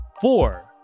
four